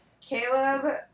Caleb